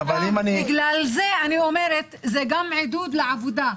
בגלל זה אני אומרת, שזה גם עידוד לעבודה.